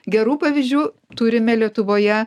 gerų pavyzdžių turime lietuvoje